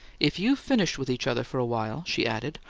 if you've finished with each other for a while, she added,